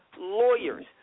lawyers